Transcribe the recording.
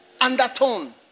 Undertone